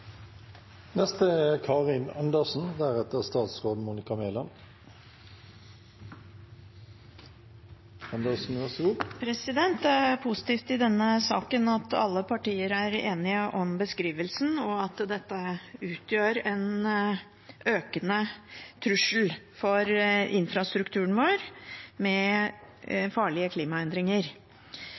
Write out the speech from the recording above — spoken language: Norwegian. Det er positivt i denne saken at alle partier er enige om beskrivelsen, at dette med farlige klimaendringer utgjør en økende trussel for infrastrukturen vår. Jeg var med